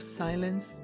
silence